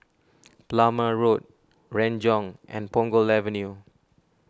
Plumer Road Renjong and Punggol Avenue